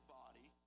body